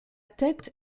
tête